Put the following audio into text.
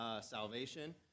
salvation